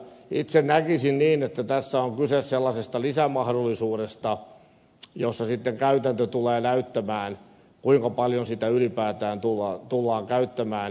itse näkisin niin että tässä on kyse sellaisesta lisämahdollisuudesta jossa sitten käytäntö tulee näyttämään kuinka paljon sitä ylipäätään tullaan käyttämään